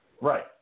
Right